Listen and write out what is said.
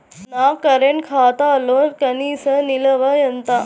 నా కరెంట్ ఖాతాలో కనీస నిల్వ ఎంత?